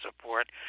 support